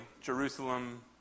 Jerusalem